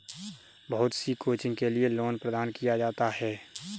बहुत सी कोचिंग के लिये लोन प्रदान किया जाता है